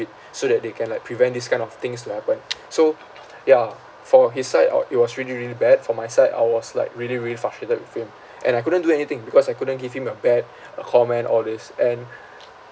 so that they can like prevent these kind of things to happen so ya for his side it was really really bad for my side I was like really really frustrated with him and I couldn't do anything because I couldn't give him a bad a comment all these and